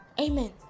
Amen